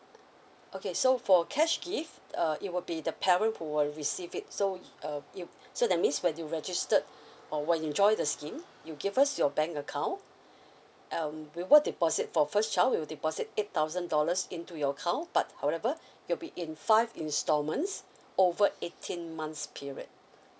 okay so for cash gift uh it will be the parent who will receive it so uh you so that means when you registered or when you join the scheme you give us your bank account um we were deposit for first child we will deposit eight thousand dollars into your account but however it will be in five instalments over eighteen months period